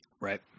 Right